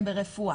ברפואה.